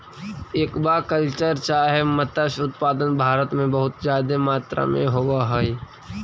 aqua culture चाहे मत्स्य उत्पादन भारत में बहुत जादे मात्रा में होब हई